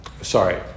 Sorry